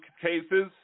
cases